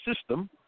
system